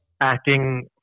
acting